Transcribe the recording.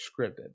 scripted